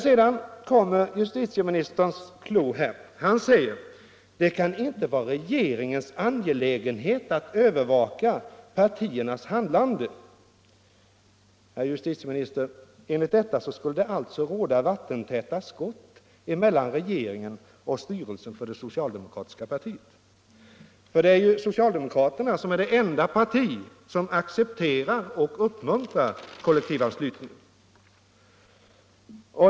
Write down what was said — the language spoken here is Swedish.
Sedan kommer justitieministern clou — han säger: ”Det kan inte vara en angelägenhet för regeringen att övervaka partiernas handlande i detta hänseende.” Enligt detta skulle det, herr justitieminister, finnas vattentäta skott mellan regeringen och styrelsen för det socialdemokratiska partiet, det enda parti som accepterar och uppmuntrar kollektivanslutning.